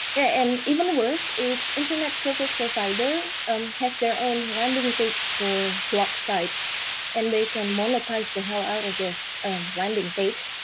yeah and even worse is internet service provider um has their own landing page for blocked sites and they can monetize the hell out of those landing page.